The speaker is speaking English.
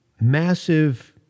massive